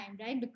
right